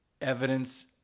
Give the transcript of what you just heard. Evidence